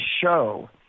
show